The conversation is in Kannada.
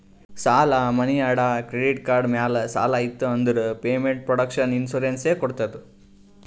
ಸಾಲಾ, ಮನಿ ಅಡಾ, ಕ್ರೆಡಿಟ್ ಕಾರ್ಡ್ ಮ್ಯಾಲ ಸಾಲ ಇತ್ತು ಅಂದುರ್ ಪೇಮೆಂಟ್ ಪ್ರೊಟೆಕ್ಷನ್ ಇನ್ಸೂರೆನ್ಸ್ ಎ ಕೊಡ್ತುದ್